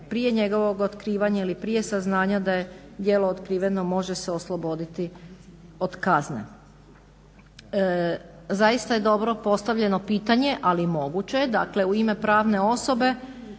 prije njegovog otkrivanja ili prije saznanja da je djelo otkriveno može se osloboditi od kazne. Zaista je dobro postavljeno pitanje, ali moguće je dakle u ime pravne osobe